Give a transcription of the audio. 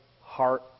heart